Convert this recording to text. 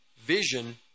vision